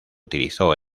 utilizó